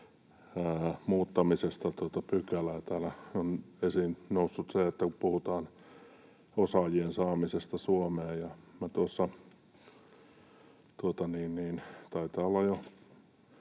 muuttamisesta pykäliä. Täällä on esiin noussut se, kun puhutaan osaajien saamisesta Suomeen.